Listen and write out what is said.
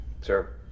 Sir